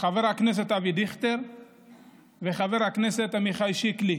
חבר הכנסת אבי דיכטר ועם חבר הכנסת עמיחי שיקלי,